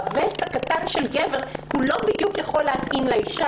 הווסט הקטן של גבר לא בדיוק יכול להתאים לאישה